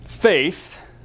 Faith